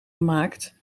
gemaakt